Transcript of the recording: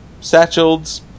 satchels